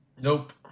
Nope